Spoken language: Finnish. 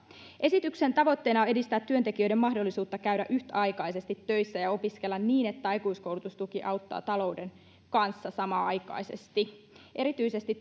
esityksen tavoitteena on edistää työntekijöiden mahdollisuutta käydä yhtaikaisesti töissä ja opiskella niin että aikuiskoulutustuki auttaa talouden kanssa samanaikaisesti erityisesti